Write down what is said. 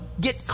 get